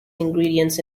ingredients